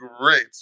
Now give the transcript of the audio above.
great